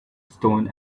stone